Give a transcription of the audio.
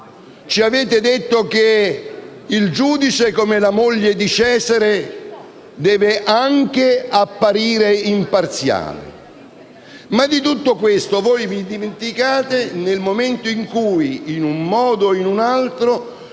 ci avete detto che il giudice, come la moglie di Cesare, deve anche apparire imparziale? Ma di tutto questo voi vi dimenticate nel momento in cui, in un modo o in un altro,